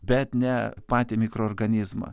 bet ne patį mikroorganizmą